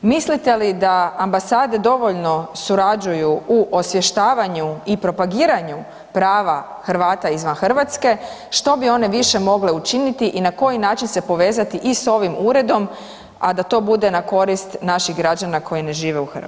Mislite li da ambasade dovoljno surađuju u osvještavanju i propagiranju prava Hrvata izvan Hrvatske, što bi one više mogle učiniti i na koji način se povezati i s ovim uredom, a da to bude na korist naših građana koji ne žive u Hrvatskoj?